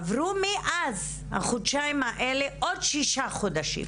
עברו מאז החודשיים האלה עוד 6 חודשים